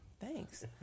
thanks